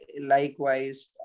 likewise